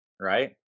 right